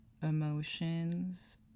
emotions